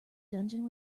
dungeon